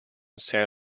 san